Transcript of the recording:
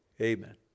Amen